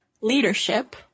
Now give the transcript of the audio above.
leadership